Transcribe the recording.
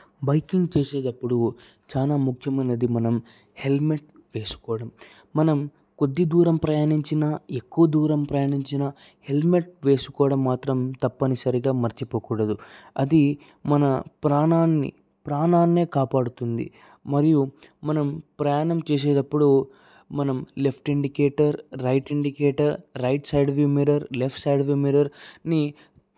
biking చేసేటప్పుడు చాలా ముఖ్యమైనది మనం హెల్మెట్ వేసుకోవడం మనం కొద్ది దూరం ప్రయాణించినా ఎక్కువ దూరం ప్రయాణించినా హెల్మెట్ వేసుకోవడం మాత్రం తప్పనిసరిగా మర్చిపోకూడదు అది మన ప్రాణాన్ని ప్రాణాన్నే కాపాడుతుంది మరియు మనం ప్రయాణం చేసేటప్పుడు మనం left indicator right indicator right side view mirror left side view మిర్రర్ని